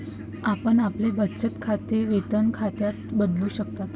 आपण आपले बचत खाते वेतन खात्यात बदलू शकता